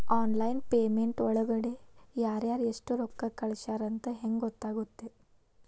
Online payment ಒಳಗಡೆ ಯಾರ್ಯಾರು ಎಷ್ಟು ರೊಕ್ಕ ಕಳಿಸ್ಯಾರ ಅಂತ ಹೆಂಗ್ ಗೊತ್ತಾಗುತ್ತೆ?